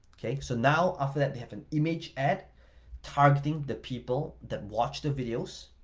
okay? so now after that they have an image ad targeting the people that watch the videos.